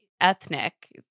ethnic